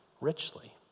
richly